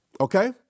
Okay